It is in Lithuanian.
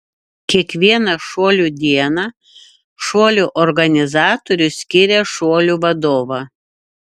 kiekvieną šuolių dieną šuolių organizatorius skiria šuolių vadovą